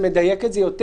זה מדייק את זה יותר.